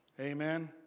Amen